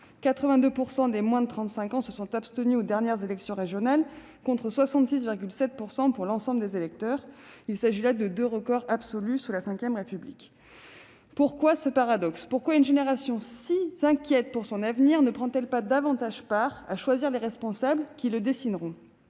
82 % des moins de 35 ans se sont abstenus lors des dernières élections régionales, contre 66,7 % pour l'ensemble des électeurs. Il s'agit là de deux records absolus sous la V République. Pourquoi ce paradoxe ? Pourquoi une génération si inquiète pour son avenir ne prend-elle pas davantage part au choix des responsables qui en décideront ?